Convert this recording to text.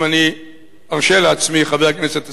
אם אני ארשה לעצמי, חבר הכנסת אלסאנע,